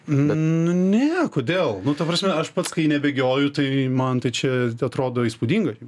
nu ne kodėl nu ta prasme aš pats kai nebėgioju tai man tai čia tai atrodo įspūdingai